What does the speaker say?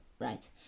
right